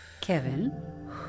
Kevin